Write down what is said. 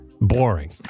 boring